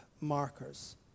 markers